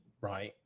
right